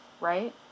right